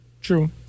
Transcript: True